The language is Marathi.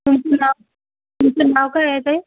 तुमचं नाव तुमचं नाव काय आहे ताई